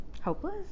Hopeless